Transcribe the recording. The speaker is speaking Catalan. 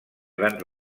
gran